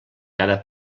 cada